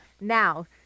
Now